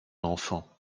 enfant